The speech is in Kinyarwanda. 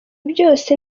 byose